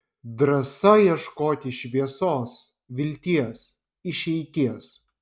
drąsa ieškoti šviesos vilties išeities